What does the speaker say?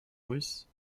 russe